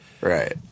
right